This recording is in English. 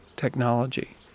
technology